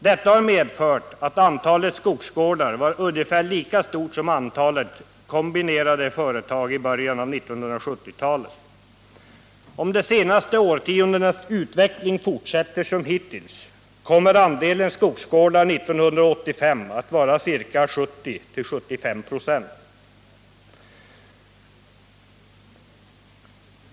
Detta har medfört att antalet skogsgårdar var ungefär lika stort som antalet kombinerade företag i början av 1970-talet. Om de senaste årtiondenas utveckling fortsätter som hittills, kommer andelen skogsgårdar 1985 att vara ca 70-75 96.